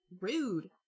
rude